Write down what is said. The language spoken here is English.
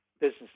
business